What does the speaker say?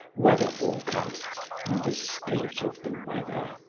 weather forecasts and the state of the weather.